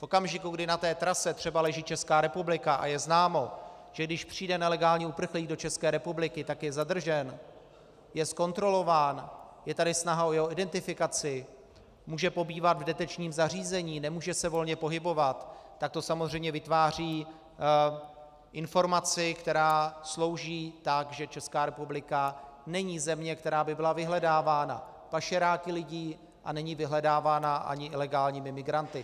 V okamžiku, kdy na trase třeba leží Česká republika a je známo, že když přijde nelegální uprchlík do České republiky, tak je zadržen, je zkontrolován, je tady snaha o jeho identifikaci, může pobývat v detenčním zařízení, nemůže se volně pohybovat, tak to samozřejmě vytváří informaci, která slouží tak, že Česká republika není země, která by byla vyhledávána pašeráky lidí, a není vyhledávána ani ilegálními migranty.